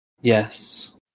Yes